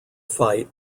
fight